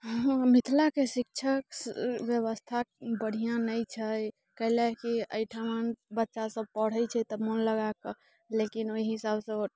हँ मिथिलाके शिक्षक व्यवस्था बहुत बढ़िआँ नहि छै कैलाकि अइठमन बच्चा सब पढ़ैत छै तऽ मन लगा कऽ लेकिन ओहि हिसाबसँ